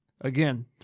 Again